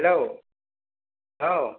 हेल' औ